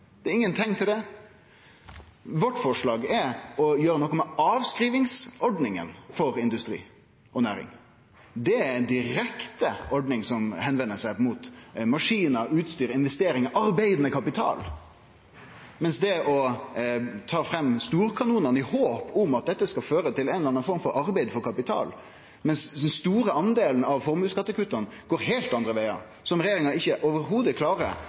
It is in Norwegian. det. Vårt forslag er å gjere noko med avskrivingsordninga for industri og næring. Det er ei ordning som rettar seg direkte mot maskinar, utstyr, investeringar, arbeidande kapital. Det å ta fram storkanonane i håp om at det skal føre til ei eller anna form for arbeid for kapital, mens den store delen av formuesskattekutta går heilt andre vegar – som regjeringa ikkje i det heile klarer